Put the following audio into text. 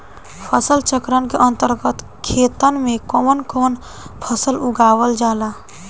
फसल चक्रण के अंतर्गत खेतन में कवन कवन फसल उगावल जाला?